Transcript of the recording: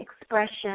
expression